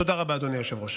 תודה רבה, אדוני היושב-ראש.